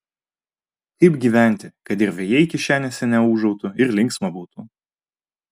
kaip gyventi kad ir vėjai kišenėse neūžautų ir linksma būtų